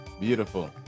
Beautiful